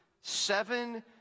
Seven